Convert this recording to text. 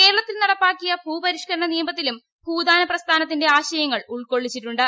കേരളത്തിൽ നടപ്പാക്കിയ ഭൂപരിഷ്കരണ നിയമത്തിലും ഭൂദാന പ്രസ്ഥാനത്തിന്റെ ആശയങ്ങൾ ഉൾക്കൊള്ളിച്ചിട്ടുണ്ട്